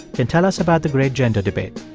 can tell us about the great gender debate.